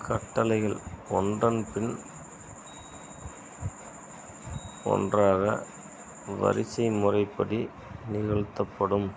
கட்டளைகள் ஒன்றன் பின் ஒன்றாக வரிசை முறைப்படி நிகழ்த்தப்படும்